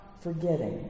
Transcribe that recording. forgetting